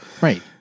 Right